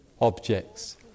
objects